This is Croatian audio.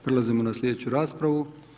Prelazimo na slijedeću raspravu.